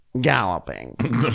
galloping